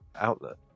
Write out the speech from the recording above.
outlet